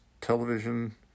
television